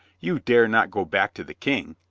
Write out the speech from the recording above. you dare not go back to the king.